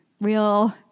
Real